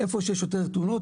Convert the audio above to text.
איפה שיש יותר תאונות,